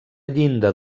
llinda